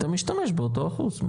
אז אתה משתמש באותו אחוז.